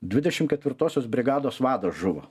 dvidešimt ketvirtosios brigados vadas žuvo